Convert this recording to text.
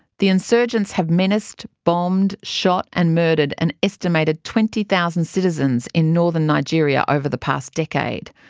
the insurgents have menaced, bombed, shot and murdered an estimated twenty thousand citizens in northern nigeria over the past decade.